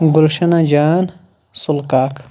گُلشنہ جان سُلہٕ کاک